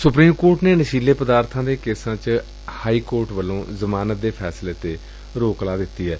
supreme court ਨੇ ਨਸ਼ੀਲੇ ਪਦਾਰਥਾਂ ਦੇ ਕੇਸਾਂ ਚ ਹਾਈ ਕੋਰਟ ਵੱਲੋ ਜ਼ਮਾਨਤ ਦੇ ਫੈਸਲੇ ਤੇ ਰੋਕ ਲਾ ਦਿੱਡੀ ਏ